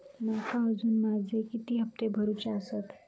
माका अजून माझे किती हप्ते भरूचे आसत?